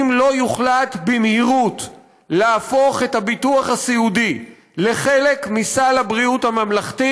אם לא יוחלט במהירות להפוך את הביטוח הסיעודי לחלק מסל הבריאות הממלכתי,